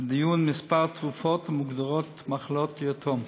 עולות לדיון לגבי סל השירותים כמה תרופות למחלות המוגדרות "מחלות יתום".